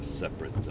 separate